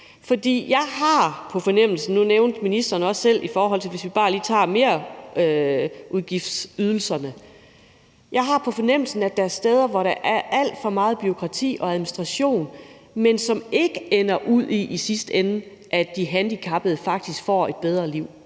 merudgiftsydelserne – at der er steder, hvor der er alt for meget bureaukrati og administration, men som i sidste ende ikke ender ud i, at de handicappede faktisk får et bedre liv,